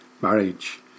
Marriage